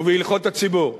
ובהלכות הציבור,